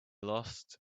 lost